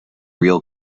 real